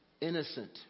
innocent